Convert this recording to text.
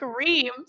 screams